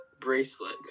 Bracelet